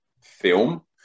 film